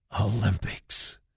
Olympics